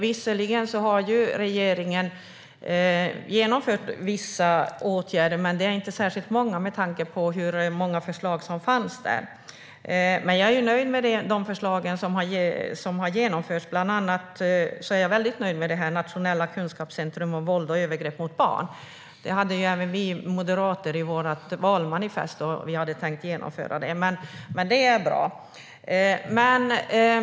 Visserligen har regeringen genomfört vissa åtgärder, men det är inte särskilt många med tanke på hur många förslag som fanns i betänkandet. Men jag är nöjd med de förslag som har genomförts. Bland annat är jag väldigt nöjd med det nationella kunskapscentret om våld och övergrepp mot barn. Det hade även vi moderater med i vårt valmanifest, och vi hade tänkt genomföra det. Det är alltså bra.